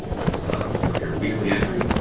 let's go here, weekly entry,